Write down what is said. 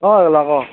অঁ ক